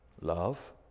Love